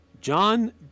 John